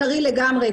טרי לגמרי,